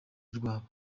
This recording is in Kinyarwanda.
rwabo